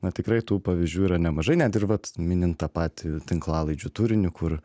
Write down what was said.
na tikrai tų pavyzdžių yra nemažai net ir vat minint tą patį tinklalaidžių turinį kur